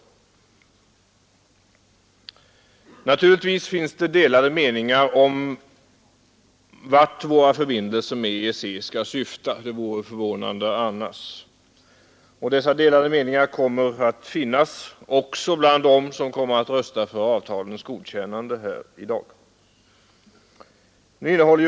Men naturligtvis råder det delade meningar om vart våra förbindelser med EEC skall syfta det vore förvånande annars. Dessa delade meningar kommer att finnas också bland dem som kommer att rösta för avtalets godkännande.